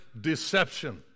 deception